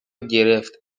گرفت